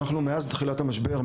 אנחנו מאז תחילת המשבר,